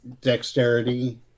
dexterity